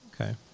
Okay